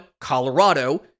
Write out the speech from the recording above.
Colorado